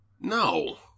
No